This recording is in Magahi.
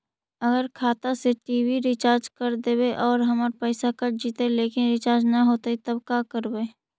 अगर खाता से टी.वी रिचार्ज कर देबै और हमर पैसा कट जितै लेकिन रिचार्ज न होतै तब का करबइ?